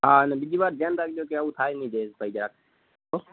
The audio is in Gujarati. હા અને બીજીવાર ધ્યાન રાખજો કે આવું થાય નહીં જયેશભાઈ જરાક હોં